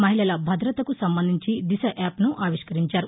మహిళల భద్రతకు సంబంధించి దిశ యాప్ను ఆవిష్కరించారు